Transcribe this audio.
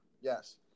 yes